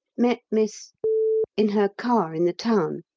met miss in her car in the town,